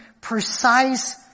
precise